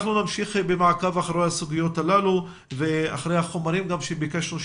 אנחנו נמשיך במעקב אחרי הסוגיות הללו ואחרי החומרים שביקשנו לקבל.